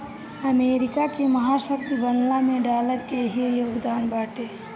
America के महाशक्ति बनला में डॉलर के ही योगदान बाटे